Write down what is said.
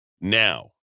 now